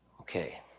Okay